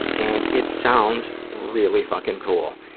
and it sounds really fucking cool.